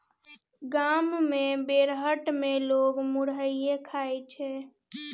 गाम मे बेरहट मे लोक मुरहीये खाइ छै